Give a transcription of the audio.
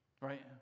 Right